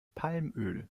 palmöl